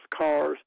cars